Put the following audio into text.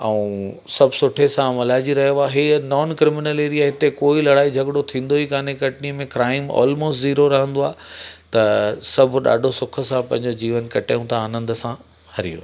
ऐं सभु सुठे सां मल्हाइजो रहियो आहे हे नॉन क्रिमिनल एरिया हिते कोई लढ़ाई झगिड़ो थींदो ई कोन्हे कटनीअ में क्राइम ऑलमोस्ट जीरो रहंदो आहे त सभु ॾाढो सुख सां पंहिंजो जीवन कटियूं था आनंदु सां हरिओम